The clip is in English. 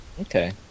Okay